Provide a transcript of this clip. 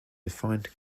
defined